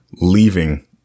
leaving